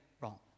wrong